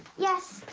yes,